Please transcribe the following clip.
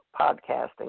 podcasting